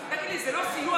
תגיד לי, זה לא סיוע?